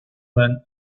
man